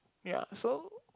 ya so